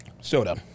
soda